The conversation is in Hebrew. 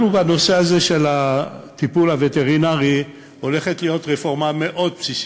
בנושא הזה של הטיפול הווטרינרי הולכת להיות רפורמה מאוד בסיסית.